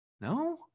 No